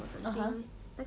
(uh huh)